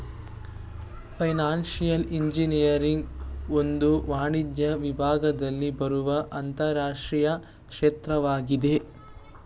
financial engineering ಒಂದು ವಾಣಿಜ್ಯ ವಿಭಾಗದಲ್ಲಿ ಬರುವ ಅಂತರಶಿಸ್ತೀಯ ಕ್ಷೇತ್ರವಾಗಿದೆ